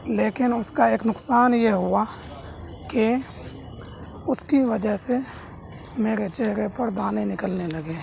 لیکن اس کا ایک نقصان یہ ہوا کہ اس کی وجہ سے میرے چہرے پر دانے نکلنے لگے